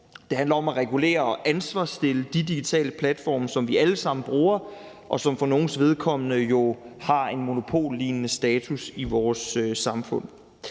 Det handler om at regulere og at kunne stille de digitale platforme til ansvar, som vi alle sammen bruger, og som for nogles vedkommende jo har en monopollignende status i vores samfund.